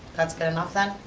that's good enough then.